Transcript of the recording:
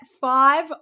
five